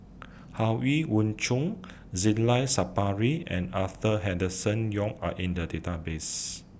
Chong Zainal Sapari and Arthur Henderson Young Are in The Database